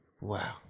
Wow